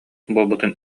буолбутун